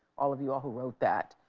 all of you all who wrote that,